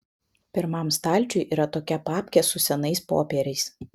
pirmam stalčiuj yra tokia papkė su senais popieriais